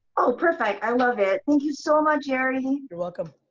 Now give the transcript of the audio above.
oh perfect i love it. thank you so much gary. you're welcome.